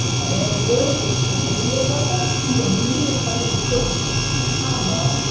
my man over there with the with the video platform, he's a media company first, comma,